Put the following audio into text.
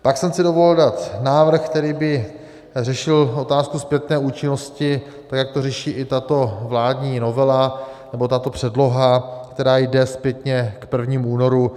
Pak jsem si dovolil dát návrh, který by řešil otázku zpětné účinnosti, jak to řeší i tato vládní novela, nebo tato předloha, která jde zpětně k 1. únoru.